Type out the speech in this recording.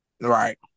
right